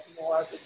more